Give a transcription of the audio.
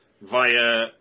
via